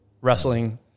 wrestling